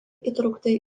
įtraukti